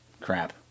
crap